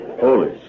Holy